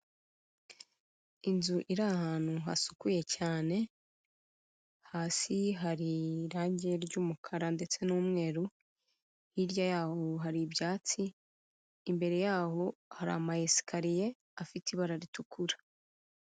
Inzu iri ahantu hasukuye cyane, hasi hari irangi ry'umukara ndetse n'umweru, hirya yaho hari ibyatsi, imbere yaho hari amayesikariye, afite ibara ritukura.